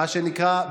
מה שנקרא,